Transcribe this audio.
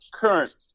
current